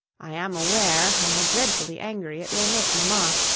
i am aware how dreadfully angry it will make mamma,